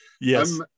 Yes